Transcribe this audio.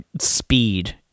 speed